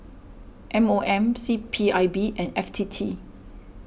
M O M C P I B and F T T